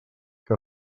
que